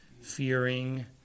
fearing